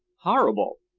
horrible!